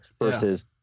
versus